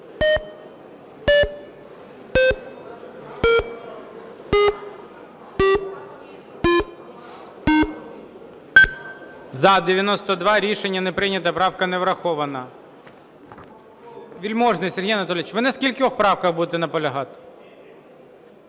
За-92 Рішення не прийнято. Правка не врахована. Вельможний Сергій Анатолійович, ви на скількох правках будете наполягати?